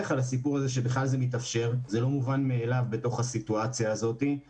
על כך שזה בכלל מתאפשר וזה לא מובן מאליו בתוך הסיטואציה הזאת אבל